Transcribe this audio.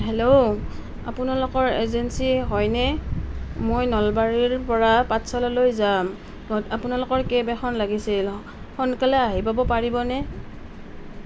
hello আপোনালোকৰ agency হয়নে মই নলবাৰীৰৰ পৰা পাঠশালালৈ যাম আপোনালোকৰ কেব এখন লাগিছিল সোনকালে আহি পাব পাৰিবনে